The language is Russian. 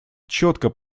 четко